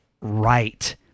right